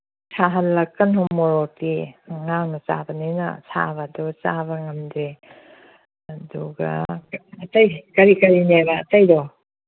ꯁꯥꯍꯜꯂꯛꯀꯅꯨ ꯃꯣꯔꯣꯛꯇꯤ ꯑꯉꯥꯡꯅ ꯆꯥꯕꯅꯤꯅ ꯁꯥꯕꯗꯣ ꯆꯥꯕ ꯉꯝꯗꯦ ꯑꯗꯨꯒ ꯑꯇꯩ ꯀꯔꯤ ꯀꯔꯤꯅꯦꯕ ꯑꯇꯩꯗꯣ